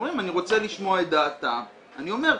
הם אומרים "אני רוצה לשמוע את דעתם" אני אומר,